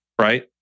right